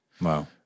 Wow